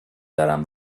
دارم